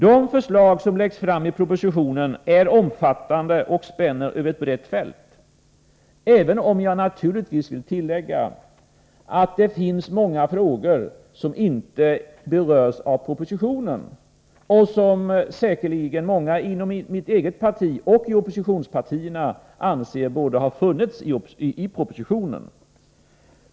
De förslag som läggs fram i propositionen är omfattande och spänner över ett brett fält — även om jag naturligtvis vill tillägga att det finns många frågor som inte berörs i propositionen, och som säkerligen många inom mitt eget parti och inom oppositionspartierna anser borde ha funnits med.